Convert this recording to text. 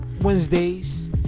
wednesdays